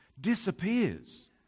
disappears